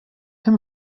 him